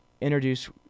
introduce